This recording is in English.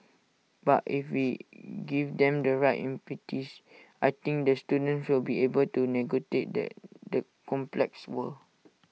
but if we give them the right impetus I think the students will be able to negotiate that the complex world